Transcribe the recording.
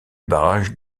barrage